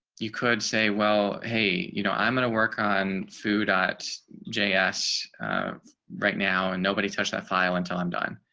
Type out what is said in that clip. you could say, well, hey, you know, i'm going to work on food ah js right now and nobody touched that file until i'm done.